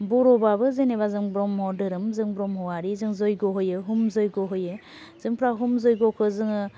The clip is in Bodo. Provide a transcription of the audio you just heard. बर'बाबो जेनेबा जों ब्रह्म धोरोम जों ब्रह्मआरि जों जयग' होयो हुम जयग' होयो जोंफ्रा हुम जयग'खौ जोङो